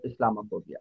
Islamophobia